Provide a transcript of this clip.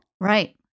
Right